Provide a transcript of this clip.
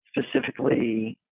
specifically